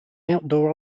outdoor